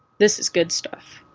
this is good stuff.